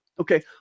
Okay